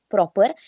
proper